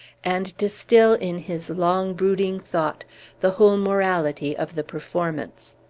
and distil in his long-brooding thought the whole morality of the performance.